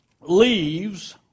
leaves